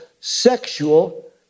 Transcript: sexual